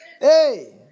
Hey